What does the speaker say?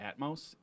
Atmos